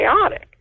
chaotic